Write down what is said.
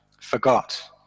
forgot